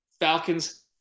Falcons